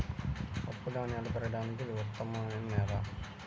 పప్పుధాన్యాలు పెరగడానికి ఇది ఉత్తమమైన నేల